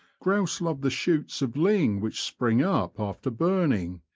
grouse love the shoots of ling which spring up after burning,